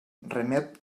remet